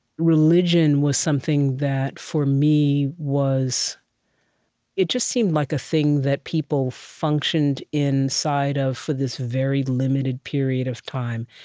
religion was something that, for me, was it just seemed like a thing that people functioned inside of for this very limited period of time.